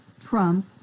Trump